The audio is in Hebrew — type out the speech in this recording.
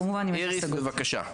איריס, בבקשה.